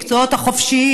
בעלי המקצועות החופשיים,